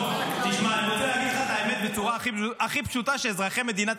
אבל אני אומר לך שזה ביזיון הכי גדול שהיה בכנסת